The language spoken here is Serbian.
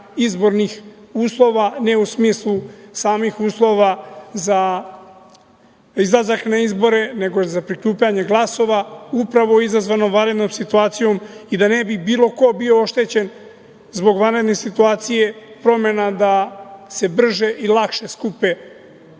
izbornih uslova, ne u smislu samih uslova za izlazak na izbore nego za prikupljanje glasova upravo izazvanom vanrednom situacijom i da ne bi bilo ko bio oštećen zbog vanredne situacije, promena da se brže i lakše skupe